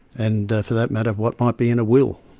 and for that matter what might be in a will.